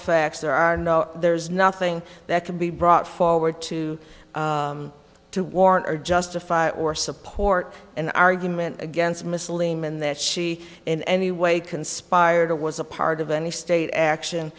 facts there are no there's nothing that can be brought forward to to warrant or justify or support an argument against missile eamonn that she in any way conspired to was a part of any state action